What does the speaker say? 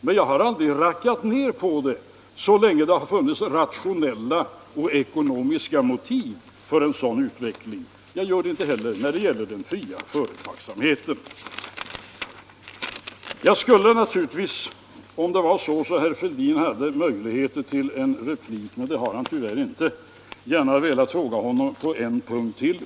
Men jag har aldrig rackat ned på den så länge det har funnits rationella och ekonomiska motiv för en sådan ut Allmänpolitisk debatt Allmänpolitisk debatt veckling. Jag gör det inte heller när det gäller den fria företagsamheten. Om herr Fälldin hade haft möjligheter till en replik — men det har han tyvärr inte — skulle jag gärna ha velat fråga honom på en punkt till.